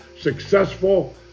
successful